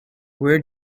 where